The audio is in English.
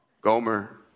Gomer